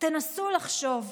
תנסו לחשוב.